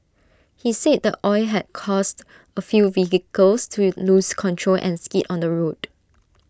he said the oil had caused A few vehicles to lose control and skid on the road